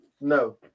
No